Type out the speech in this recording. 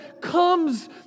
comes